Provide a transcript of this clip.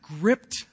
gripped